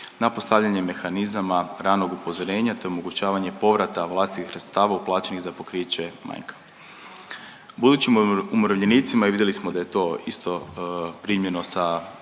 na postavljanje mehanizama ranog upozorenja, te omogućavanje povrata vlastitih sredstava uplaćenih za pokriće manjka budućim umirovljenicima. I vidjeli smo da je to isto primljeno sa